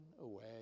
away